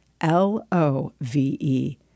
L-O-V-E